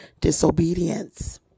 disobedience